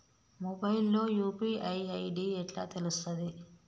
Mobile లో UPI ID ఎట్లా తెలుస్తది?